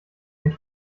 den